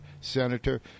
senator